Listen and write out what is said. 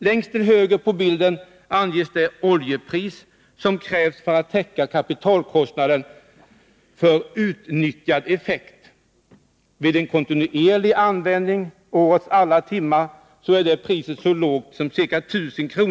Längst till höger på bilden anges det oljepris som krävs för att täcka kapitalkostnaden för utnyttjad eleffekt. Vid kontinuerlig användning årets alla timmar är det priset så lågt som ca 1000 kr.